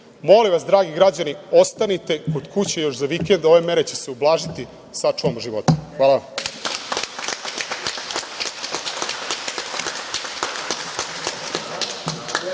Molim vas, dragi građani, ostanite kod kuće još za vikend, ove mere će se ublažiti, da sačuvamo živote. Hvala vam.